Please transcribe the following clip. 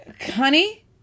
honey